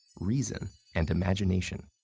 reason, and imagination.